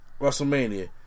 WrestleMania